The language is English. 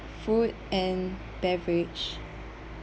food and beverage